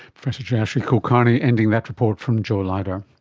professor jayashri kulkarni ending that report from jo lauder.